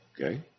Okay